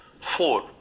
Four